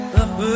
up